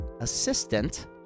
Assistant